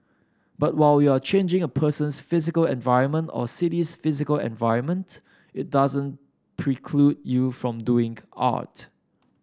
but while you are changing a person's physical environment or city's physical environment it doesn't preclude you from doing art